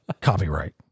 Copyright